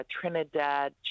Trinidad